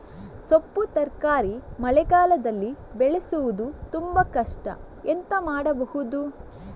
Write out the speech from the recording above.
ಸೊಪ್ಪು ತರಕಾರಿ ಮಳೆಗಾಲದಲ್ಲಿ ಬೆಳೆಸುವುದು ತುಂಬಾ ಕಷ್ಟ ಎಂತ ಮಾಡಬಹುದು?